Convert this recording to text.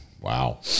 Wow